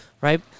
Right